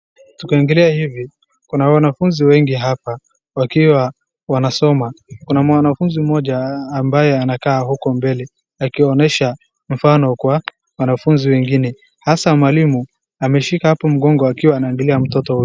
Tukiangalia hivi kuna wanafunzi wengi hapa wakiwa wanasoma. Kuna mwanafunzi mmoja anakaa huko mbele akionyesha mfano kwa wanafunzi wengine, sasa mwalimu ameshika hapo mgongo akiwa anaangalia mtoto huyo.